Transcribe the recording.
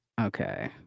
Okay